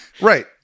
right